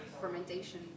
fermentation